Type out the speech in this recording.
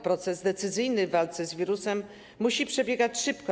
Proces decyzyjny w walce z wirusem musi przebiegać szybko.